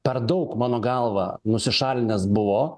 per daug mano galva nusišalinęs buvo